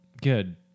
Good